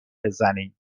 بزنید